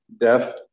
death